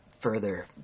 further